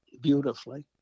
beautifully